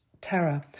terror